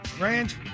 ranch